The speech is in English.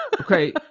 Okay